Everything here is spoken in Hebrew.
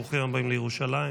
ברוכים הבאים לירושלים.